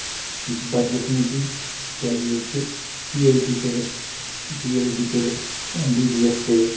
یہِ چھِ بد قٔسمَتی کیازِ ییٚتہِ چھِ پی ایچ ڈی کٔرِتھ پی ایچ ڈی کٔرِتھ ایم بی بی ایس کٔرِتھ